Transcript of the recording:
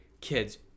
kids